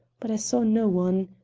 but i saw no one.